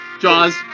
Jaws